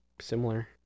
similar